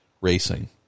Racing